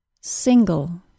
SINGLE